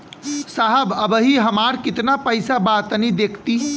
साहब अबहीं हमार कितना पइसा बा तनि देखति?